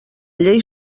llei